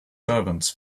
servants